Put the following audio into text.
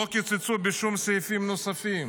לא קיצצו בשום סעיפים נוספים.